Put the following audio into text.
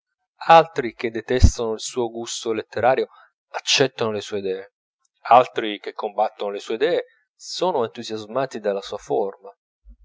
altri che detestano il suo gusto letterario accettano le sue idee altri che combattono le sue idee sono entusiasmati della sua forma